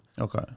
Okay